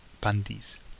panties